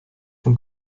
von